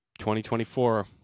2024